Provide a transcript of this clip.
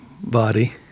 body